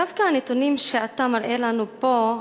דווקא הנתונים שאתה מראה לנו פה,